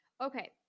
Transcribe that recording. okay